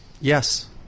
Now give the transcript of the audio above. Yes